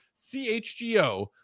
CHGO